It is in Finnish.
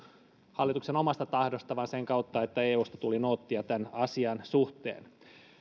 hallituksen omasta tahdosta vaan sen kautta että eusta tuli noottia tämän asian suhteen